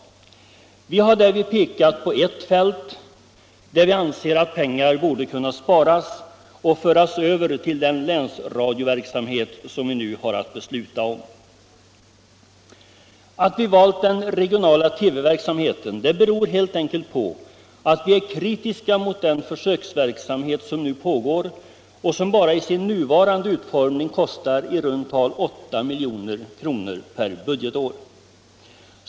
Vi har därvid pekat på ett fält där vi anser att pengar borde kunna sparas och föras över till den länsradioverksamhet som riksdagen nu har att besluta om. Att vi valt den regionala TV-verksamheten beror helt enkelt på att vi är kritiska mot den försöksverksamhet som nu pågår och som bara i sin nuvarande utformning kostar i runt tal 8 milj.kr. per budgetår.